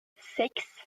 six